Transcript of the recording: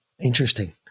interesting